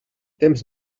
temps